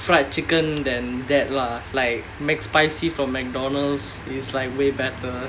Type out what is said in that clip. fried chicken than that lah like McSpicy from McDonald's is like way better